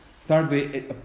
Thirdly